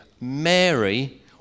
Mary